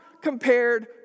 compared